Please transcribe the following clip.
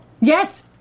Yes